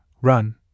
run